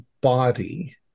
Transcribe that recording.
body